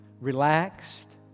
relaxed